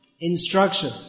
instruction